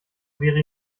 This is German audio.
wäre